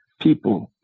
people